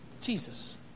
Jesus